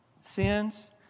Sins